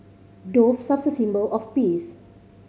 doves are a symbol of peace